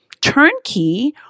turnkey